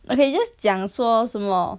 okay just 讲说什么